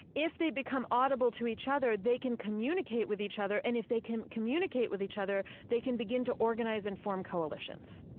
if they become audible to each other, they can communicate with each other. and if they can communicate with each other, they can begin to organize and form coalitions.